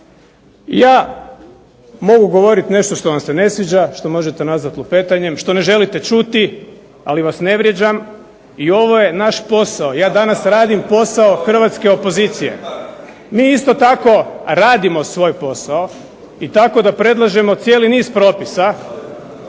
ja mogu govoriti što vam se ne sviđa, što možete nazvati lupetanjem, što ne želite čuti. Ali vas ne vrijeđam. I ovo je naš posao. Ja danas radim posao hrvatske opozicije. Mi isto tako radimo svoj posao i tako da predlažemo cijeli niz propisa,